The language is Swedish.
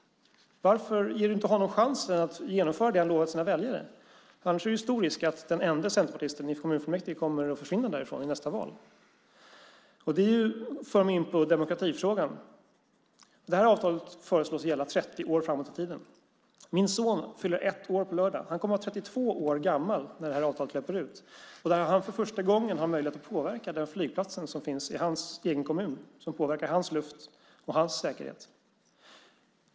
Varför ger du inte honom chansen att genomföra det han har lovat sina väljare? Annars är det stor risk att den ende centerpartisten i kommunfullmäktige kommer att försvinna därifrån i nästa val. Detta för mig in på demokratifrågan. Avtalet föreslås gälla 30 år framåt i tiden. Min son fyller ett år på lördag. Han kommer att vara 32 år gammal när avtalet löper ut och när han för första gången har möjlighet att påverka den flygplats som finns i hans egen kommun och som påverkar hans luft och hans säkerhet.